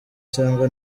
cyangwa